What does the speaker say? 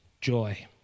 joy